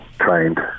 trained